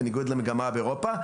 בניגוד למגמה באירופה,